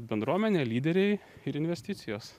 bendruomenė lyderiai ir investicijos